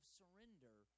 surrender